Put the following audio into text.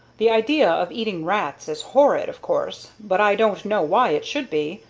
the idea of eating rats is horrid, of course, but i don't know why it should be.